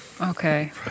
Okay